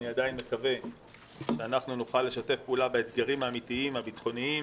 אני עדיין מקווה שאנחנו נוכל לשתף פעולה באתגרים האמיתיים הביטחוניים.